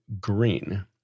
green